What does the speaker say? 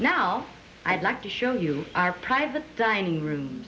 now i'd like to show you our private dining room